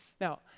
Now